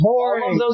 Boring